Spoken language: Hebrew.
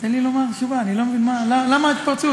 תן לי לומר תשובה, אני לא מבין למה ההתפרצות.